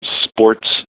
sports